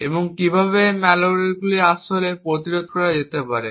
এবং কীভাবে এই ম্যালওয়্যারগুলি আসলে প্রতিরোধ করা যেতে পারে